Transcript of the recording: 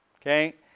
Okay